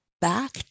back